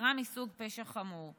עבירה מסוג פשע חמור.